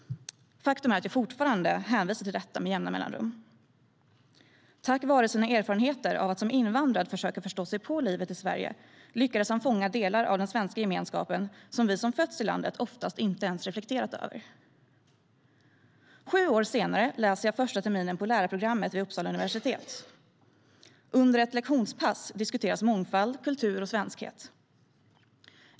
Faktum är att jag fortfarande hänvisar till detta med jämna mellanrum. Tack vare sina erfarenheter av att som invandrare försöka förstå sig på livet i Sverige lyckades han fånga delar av den svenska gemenskapen som vi som fötts i landet oftast inte ens reflekterat över. Sju år senare läser jag första terminen på lärarprogrammet vid Uppsala universitet. Under ett lektionspass diskuteras mångfald, kultur och svenskhet.